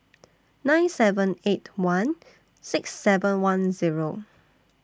nine seven eight one six seven one Zero